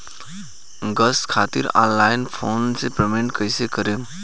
Gas खातिर online phone से payment कैसे करेम?